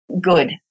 good